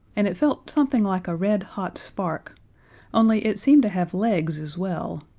and it felt something like a red-hot spark only it seemed to have legs as well,